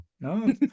No